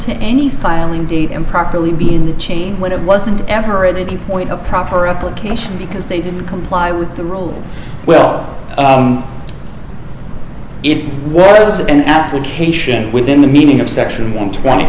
to any filing date improperly be in the chain when it wasn't ever ready to point a proper application because they didn't comply with the rules well it was an application within the meaning of section one twenty